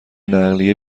نقلیه